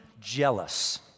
jealous